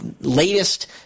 latest